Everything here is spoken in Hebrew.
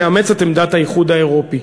נצא מנקודת הנחה שנאמץ את עמדת האיחוד האירופי.